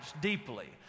deeply